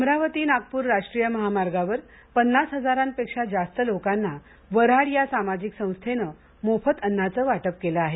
अमरावती नागपूर राष्ट्रीय महामार्गावर पन्नास हजारांपेक्षा जास्त लोकांना वऱ्हाड या सामाजिक संस्थेनं मोफत अन्नाचं वाटप केलं आहे